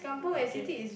okay